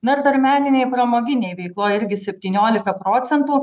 na ir dar meninėj pramoginėj veikloj irgi septyniolika procentų